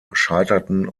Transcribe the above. scheiterten